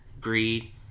greed